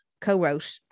co-wrote